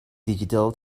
digital